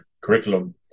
curriculum